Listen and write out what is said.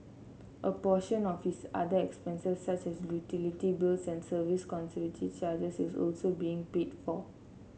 a portion of his other expenses such as utility bills and service and conservancy charges is also being paid for